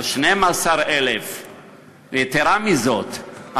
על 12,000. יתרה מזאת,